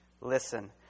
Listen